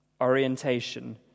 orientation